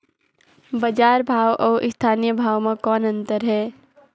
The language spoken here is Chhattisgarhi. बजार भाव अउ स्थानीय भाव म कौन अन्तर हे?